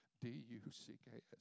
D-U-C-K-S